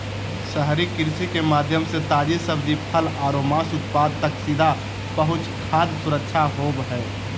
शहरी कृषि के माध्यम से ताजी सब्जि, फल आरो मांस उत्पाद तक सीधा पहुंच खाद्य सुरक्षा होव हई